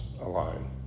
alone